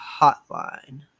hotline